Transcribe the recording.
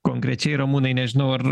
konkrečiai ramūnai nežinau ar